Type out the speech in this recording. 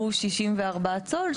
הוא 64 צול,